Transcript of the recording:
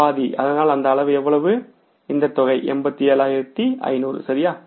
பாதி அதனால் அந்த அளவு எவ்வளவு இந்த தொகை 87500 சரியா